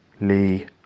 Lee